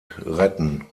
retten